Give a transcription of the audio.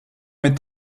mit